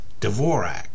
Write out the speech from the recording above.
Dvorak